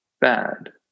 bad